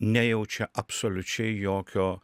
nejaučia absoliučiai jokio